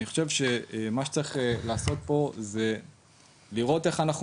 אני חושב שמה שצריך לעשות פה זה לראות איך אנחנו